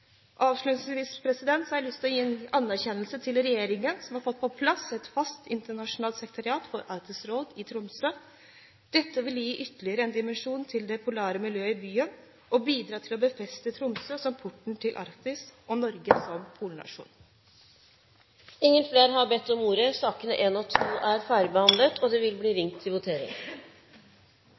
Avslutningsvis har jeg lyst til å gi anerkjennelse til regjeringen, som har fått plassert det faste internasjonale sekretariatet for Arktisk råd i Tromsø. Dette vil gi ytterligere en dimensjon til det polare miljøet i byen og bidra til å befeste Tromsø som porten til Arktis og Norge som polnasjon. Flere har ikke bedt om ordet til sakene nr. 1 og 2. Presidenten tror at dette storting nå er beslutningsdyktig. Det